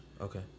Okay